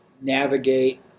navigate